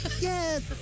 Yes